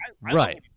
right